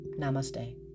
Namaste